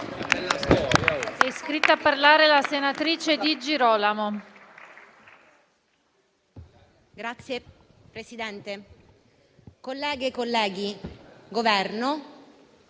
Signor Presidente, colleghe e colleghi, Governo,